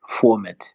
format